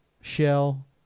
shell